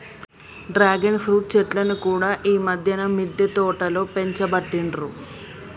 dragon fruit చెట్లను కూడా ఈ మధ్యన మిద్దె తోటలో పెంచబట్టిండ్రు